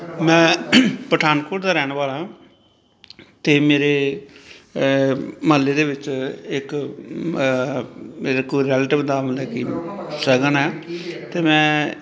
ਮੈਂ ਪਠਾਨਕੋਟ ਦਾ ਰਹਿਣ ਵਾਲਾ ਅਤੇ ਮੇਰੇ ਮੁਹੱਲੇ ਦੇ ਵਿੱਚ ਇੱਕ ਮੇਰੇ ਕੋਲ ਰੈਲੇਟਿਵ ਦਾ ਮਤਲਬ ਕਿ ਸ਼ਗਨ ਹੈ ਅਤੇ ਮੈਂ